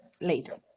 later